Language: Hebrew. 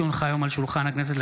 כי הונחה היום על שולחן הכנסת,